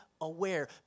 aware